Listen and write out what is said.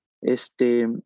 este